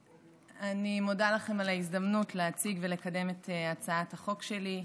אני מודה לכם על ההזדמנות להציג ולקדם את הצעת החוק שלי,